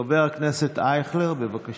חבר הכנסת אייכלר, בבקשה.